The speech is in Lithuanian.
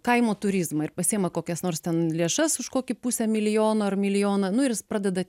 kaimo turizmą ir pasiima kokias nors ten lėšas už kokį pusę milijono ar milijoną nu ir jis pradeda